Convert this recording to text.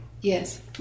Yes